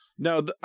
No